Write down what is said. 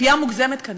ציפייה מוגזמת כנראה.